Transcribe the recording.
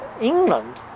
England